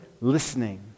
listening